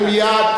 ומייד,